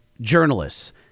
Journalists